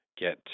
get